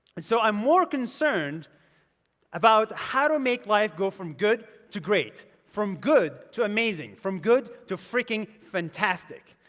and so i'm more concerned about how to make life go from good to great, from good to amazing, from good to fricking fantastic.